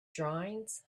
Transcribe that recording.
drawings